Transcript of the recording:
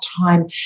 time